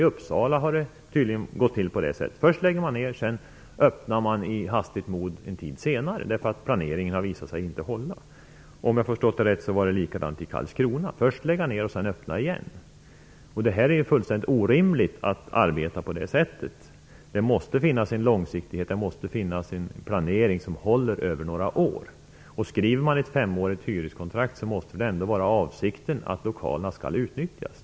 I Uppsala har det tydligen gått till på det sättet. Först lade man ner, sedan öppnade man i hastigt mod en tid senare, därför att planeringen hade visat sig inte hålla. Om jag har förstått det rätt var det likadant i Karlskrona. Först lägga ner och sedan öppna igen. Det är fullständigt orimligt att arbeta på det sättet. Det måste finnas en långsiktighet. Det måste finnas en planering som håller över några år. Skriver man ett femårigt hyreskontrakt måste det ändå vara avsikten att lokalerna skall utnyttjas.